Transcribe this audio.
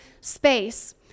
space